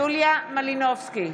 יוליה מלינובסקי,